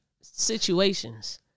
situations